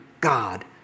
God